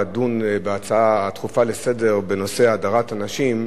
לדון בהצעה דחופה לסדר בנושא הדרת נשים,